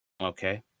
Okay